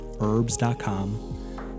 herbs.com